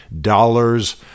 dollars